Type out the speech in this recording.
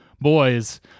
boys